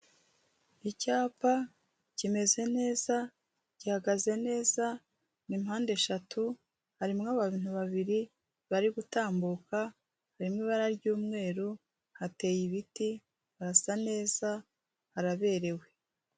Icyapa kimeze neza, gihagaze neza, ni mpande eshatu, harimwo abantu babiri bari gutambuka, harimo ibara ry'umweru, hateye ibiti, barasa neza, baraberewe.